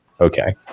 Okay